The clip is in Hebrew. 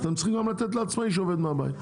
אם כך, צריך לתת גם לעצמאי שעובד מהבית.